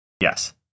Yes